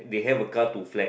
they have a car to flex